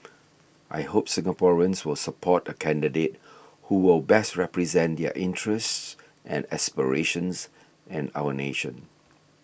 I hope Singaporeans will support the candidate who will best represent their interests and aspirations and our nation